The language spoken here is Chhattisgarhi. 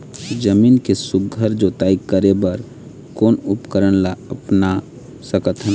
जमीन के सुघ्घर जोताई करे बर कोन उपकरण ला अपना सकथन?